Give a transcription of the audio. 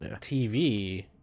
TV